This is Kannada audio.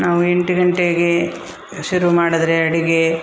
ನಾವು ಎಂಟು ಗಂಟೆಗೆ ಶುರು ಮಾಡಿದ್ರೆ ಅಡಿಗೆ